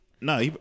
No